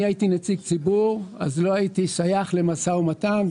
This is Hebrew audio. אני הייתי נציג ציבור לא הייתי שייך למשא ומתן.